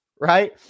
right